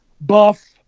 buff